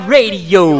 Radio